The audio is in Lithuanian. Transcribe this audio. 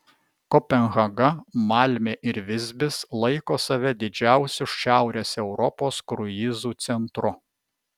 kopenhaga malmė ir visbis laiko save didžiausiu šiaurės europos kruizų centru